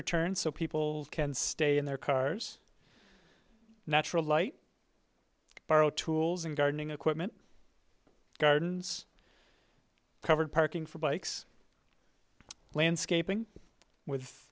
or turn so people can stay in their cars natural light borrow tools and gardening equipment gardens covered parking for bikes landscaping